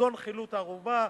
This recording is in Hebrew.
כגון חילוט ערובה,